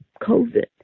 COVID